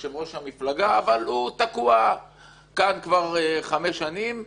יושב ראש המפלגה אבל הוא תקוע כאן כבר חמש שנים,